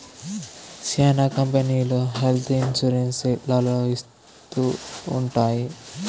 శ్యానా కంపెనీలు health insurance లలో ఇత్తూ ఉంటాయి